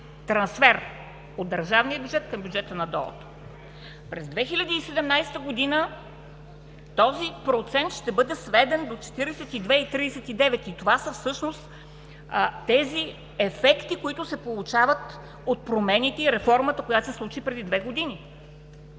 трансфер от държавния бюджет към бюджета на ДОО. През 2017 г. този процент ще бъде сведен до 42,39%, и това са всъщност тези ефекти, които се получават от промените и реформата, която се случи преди две години.